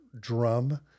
drum